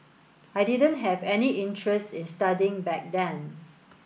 I didn't have any interest in studying back then